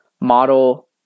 model